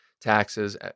taxes